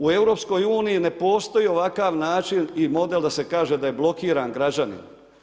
U EU ne postoji ovakav način i model da se kaže da je blokiran građanin.